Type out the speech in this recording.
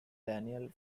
daniel